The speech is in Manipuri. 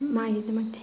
ꯃꯥꯒꯤꯗꯃꯛꯇ